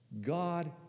God